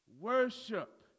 worship